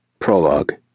Prologue